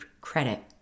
credit